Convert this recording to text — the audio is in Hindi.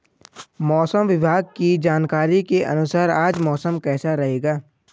मौसम विभाग की जानकारी के अनुसार आज मौसम कैसा रहेगा?